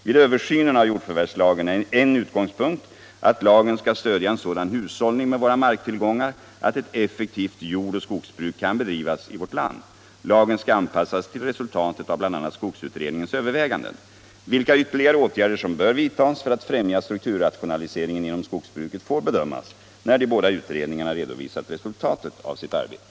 Vid översynen av jordförvärvslagen är en utgångspunkt att lagen skall stödja en sådan hushållning med våra marktillgångar att ett effektivt jordoch skogsbruk kan bedrivas i vårt land. Lagen skall anpassas till resultatet av bl.a. skogsutredningens överväganden. Vilka ytterligare åtgärder som bör vidtas för att främja strukturrationaliseringen inom skogsbruket får bedömas när de båda utredningarna redovisat resultatet av sitt arbete.